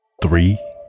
Three